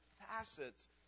facets